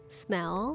smell